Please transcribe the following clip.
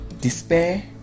Despair